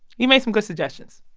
you made some good suggestions.